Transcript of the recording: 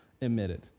emitted